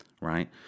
right